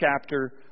chapter